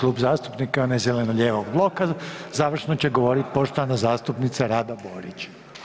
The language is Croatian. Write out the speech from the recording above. Sljedeći klub zastupnika je onaj zeleno-lijevog bloka, završno će govoriti poštovana zastupnica Rada Borić.